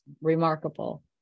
remarkable